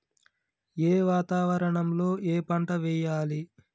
ఏ వాతావరణం లో ఏ పంట వెయ్యాలి?